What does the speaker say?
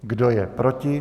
Kdo je proti?